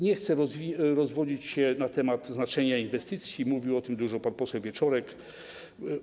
Nie chcę rozwodzić się na temat znaczenia inwestycji, mówił o tym dużo pan poseł Wieczorek.